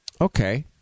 Okay